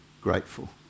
grateful